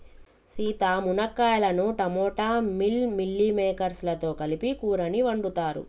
సీత మునక్కాయలను టమోటా మిల్ మిల్లిమేకేర్స్ లతో కలిపి కూరని వండుతారు